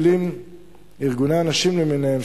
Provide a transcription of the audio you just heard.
ארגוני הנשים למיניהם,